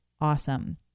awesome